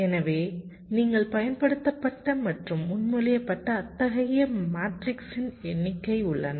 எனவே நீங்கள் பயன்படுத்தப்பட்ட மற்றும் முன்மொழியப்பட்ட அத்தகைய மேட்ரிக்ஸின் எண்ணிக்கை உள்ளன